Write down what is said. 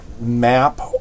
map